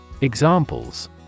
Examples